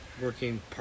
working